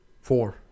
Four